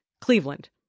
Cleveland